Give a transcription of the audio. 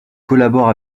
collabore